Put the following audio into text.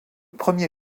premier